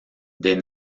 des